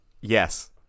yes